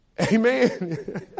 Amen